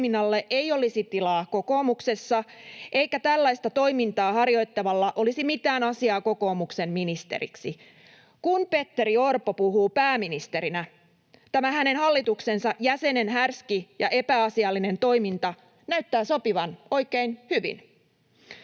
ei olisi tilaa kokoomuksessa eikä tällaista toimintaa harjoittavalla olisi mitään asiaa kokoomuksen ministeriksi. Kun Petteri Orpo puhuu pääministerinä, tämä hänen hallituksensa jäsenen härski ja epäasiallinen toiminta näyttää sopivan oikein hyvin.